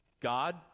God